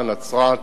נצרת,